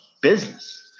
business